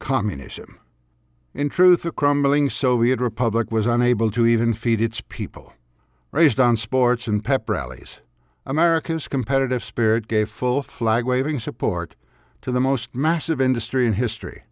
communism in truth a crumbling soviet republic was unable to even feed its people raised on sports and pep rallies america's competitive spirit gave full flagwaving support to the most massive industry in history